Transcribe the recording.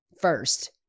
first